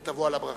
ותבוא על הברכה.